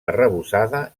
arrebossada